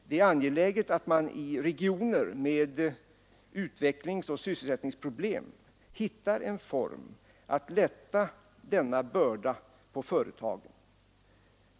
Det är angeläget att man i regioner med utvecklingsoch sysselsättningsproblem hittar en form för att lätta denna börda på företagen.